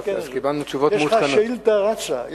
יש לך שאילתא רצה.